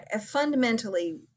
fundamentally